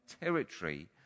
territory